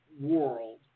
world